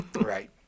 Right